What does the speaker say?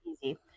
easy